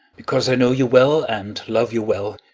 because i know you well and love you well,